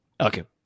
Okay